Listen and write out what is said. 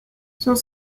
sont